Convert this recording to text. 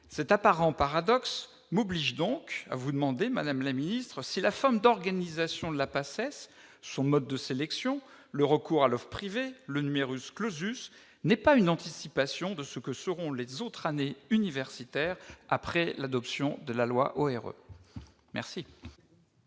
Cet apparent paradoxe m'oblige donc à vous demander, madame la ministre, si la forme d'organisation de la PACES- son mode de sélection, le recours à l'offre privée, le -n'est pas une anticipation de ce que seront les autres années universitaires après la mise en oeuvre de la loi ORE. La